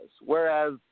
Whereas